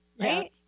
right